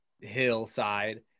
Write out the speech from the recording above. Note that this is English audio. hillside